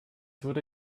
wurde